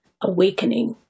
awakening